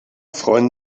freuen